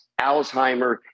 Alzheimer